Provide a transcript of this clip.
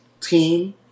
team